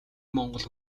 монгол